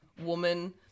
woman